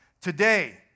Today